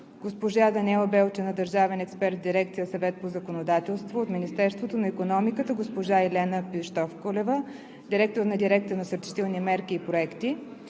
госпожа Даниела Белчина – държавен експерт в дирекция „Съвет по законодателство“; от Министерството на икономиката госпожа Елена Пищовколева – директор на дирекция ,,Насърчителни мерки и проекти“;